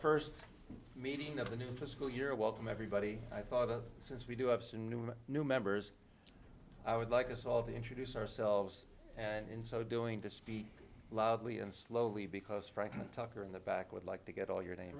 first meeting of the new fiscal year welcome everybody i thought of since we do have some new and new members i would like us all the introduce ourselves and in so doing to speak loudly and slowly because frankly tucker in the back would like to get all your n